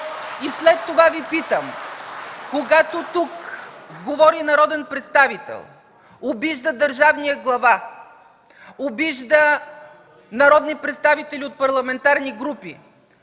И след това Ви питам: когато тук говори народен представител, обижда държавния глава, обижда народни представители от парламентарни групи,